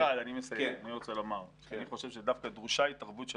אני רוצה לומר שאני חושב שדווקא דרושה התערבות של